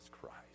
Christ